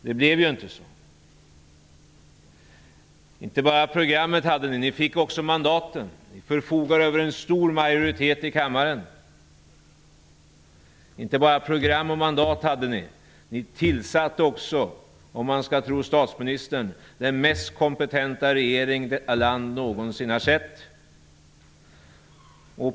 Det blev inte så. Inte bara programmet hade ni. Ni fick också mandaten. Ni förfogar över en stor majoritet i kammaren. Inte bara program och mandat hade ni. Ni tillsatte också -- om man skall tro statsministern -- den mest kompetenta regering detta land någonsin har sett.